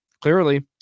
clearly